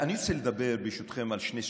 אני רוצה לדבר ברשותכם על שני סוגים,